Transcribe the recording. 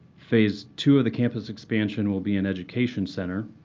phase two of the campus expansion will be an education center,